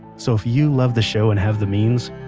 so if you love the show and have the means,